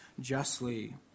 justly